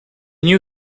new